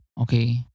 okay